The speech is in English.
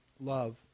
love